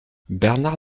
bernard